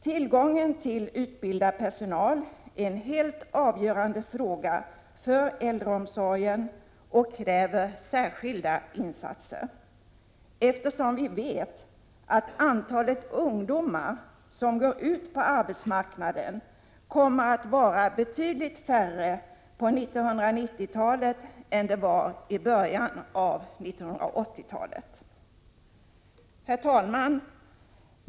Tillgången till utbildad personal är en helt avgörande fråga för äldreomsorgen och kräver särskilda insatser, eftersom vi vet att antalet ungdomar som går ut på arbetsmarknaden kommer att vara betydligt mindre på 1990-talet än det var i början på 1980-talet. Herr talman!